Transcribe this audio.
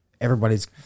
everybody's